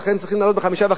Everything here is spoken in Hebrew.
ולכן צריכים להעלות ב-5.5%.